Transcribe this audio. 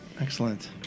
Excellent